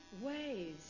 ways